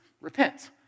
repent